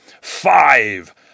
Five